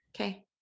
okay